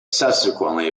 subsequently